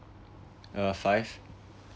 uh five